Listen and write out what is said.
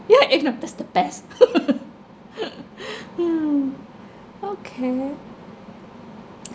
yeah ignore is the best okay